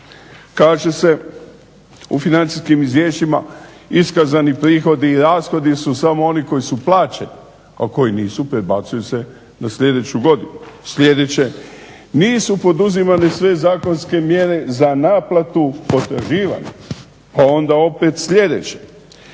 Kaže se u financijskim izvješćima iskazani prihodi i rashodi su samo oni koji su plaćeni, a koji nisu prebacuju se na sljedeću godinu. Sljedeće, "nisu poduzimane sve zakonske mjere za naplatu potraživanja". Pa onda sljedeće,